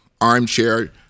armchair